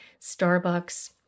starbucks